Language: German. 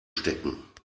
stecken